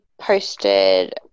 posted